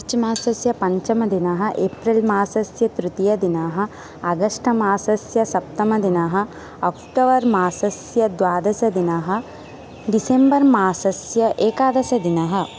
मार्च्मासस्य पञ्चमदिनं एप्रिल्मासस्य तृतीयदिनं आगश्टमासस्य सप्तमदिनं आक्टोबर्मासस्य द्वादशदिनं डिसेम्बर्मासस्य एकादसदिनं